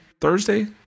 Thursday